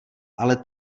ale